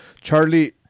Charlie